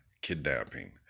kidnapping